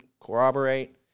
corroborate